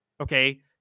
Okay